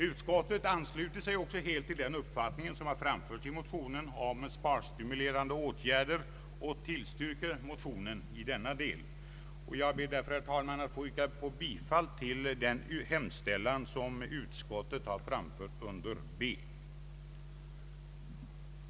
Utskottet ansluter sig helt till den uppfattning som har framförts i motionen vad gäller sparstimulerande åtgärder och tillstyrker motionen i denna del. Jag ber därför, herr talman, att få yrka bifall till utskottets hemställan under B.